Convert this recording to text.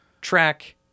track